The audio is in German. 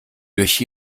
durch